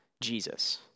Jesus